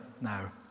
now